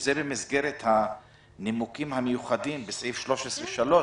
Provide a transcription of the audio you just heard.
שזה במסגרת הנימוקים המיוחדים בסעיף 13(3),